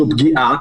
זאת פגיעה.